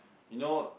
you know